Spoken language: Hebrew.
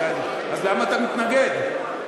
אז למה אתה מתנגד?